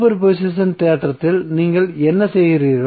super position தேற்றத்தில் நீங்கள் என்ன செய்கிறீர்கள்